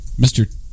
Mr